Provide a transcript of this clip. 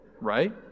Right